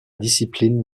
discipline